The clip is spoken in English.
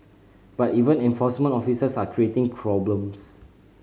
but even enforcement officers are creating problems